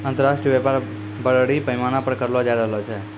अन्तर्राष्ट्रिय व्यापार बरड़ी पैमाना पर करलो जाय रहलो छै